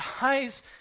dies